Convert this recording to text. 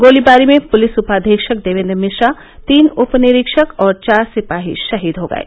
गोलीबारी में पुलिस उपाधीक्षक देवेन्द्र मिश्रा तीन उपनिरीक्षक और चार सिपाही शहीद हो गये